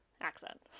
accent